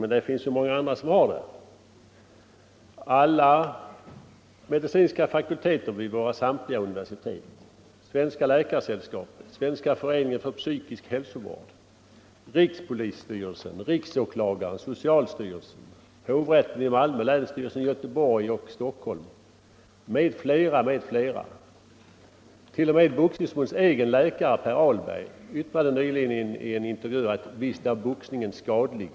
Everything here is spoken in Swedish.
Men det finns många andra som har det — de medicinska fakulteterna vid samtliga våra universitet, Svenska Läkaresällskapet, Svenska föreningen för psykisk hälsovård, rikspolisstyrelsen, riksåklagaren, socialstyrelsen, hovrätten i Malmö, länsstyrelserna i Göteborg och Stockholm m.fl. T. o. m. Boxningsförbundets egen läkare Per Ahlberg yttrade nyligen i en intervju att visst är boxningen skadlig.